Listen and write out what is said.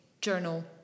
journal